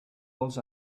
vols